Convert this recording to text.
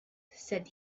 said